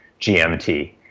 GMT